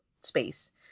space